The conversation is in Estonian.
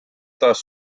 taas